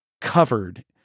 covered